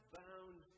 bound